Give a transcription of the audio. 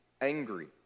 angry